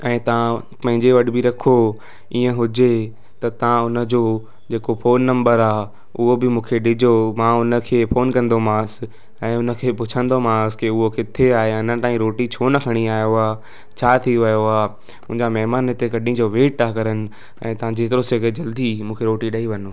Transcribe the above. ऐं तव्हां पंहिंजे वटि बि रखो इअं हुजे त तव्हां हुनजो जेको फोन नंबर आहे उहो बि मूंखे ॾिजो मां हुनखे फोन कंदोमांसि ऐं हुनखे पुछंदोमांसि की उहो कीथे आहे अञा ताईं रोटी छो न खणी आयो आहे छा थी वियो आहे मुंहिंजा महिमान हिते कॾहिं जो वेट था करनि ऐं तव्हां जेतिरो सघे जल्दी मूंखे रोटी ॾेई वञो